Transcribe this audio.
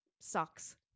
sucks